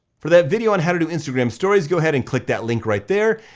for that video on how to do instagram stories, go ahead and click that link right there.